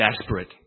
desperate